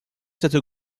cette